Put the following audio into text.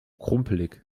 krumpelig